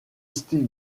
style